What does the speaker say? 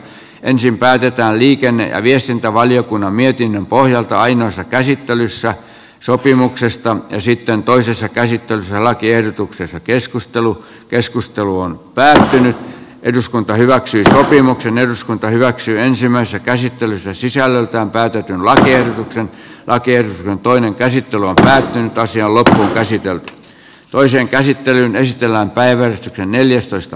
ensin päätetään liikenne ja viestintävaliokunnan mietinnön pohjalta ainoassa käsittelyssä sopimuksesta ja sitten toisessa käsittelyssä lakiehdotuksensa keskustelu keskustelu on päää eduskunta hyväksyi sopimuksen eduskunta hyväksyy ensimmäistä käsittelyssä sisällöltään käytetyn lakiehdotuksen lakien toinen käsittely on tähän asti ollut käsitellyt toisen käsittelyn esitellään päivän lakiehdotuksesta